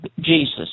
Jesus